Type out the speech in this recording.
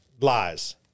Lies